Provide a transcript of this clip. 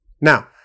Now